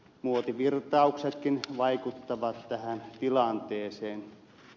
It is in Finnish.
muotivirtauksetkin vaikuttavat tähän tilanteeseen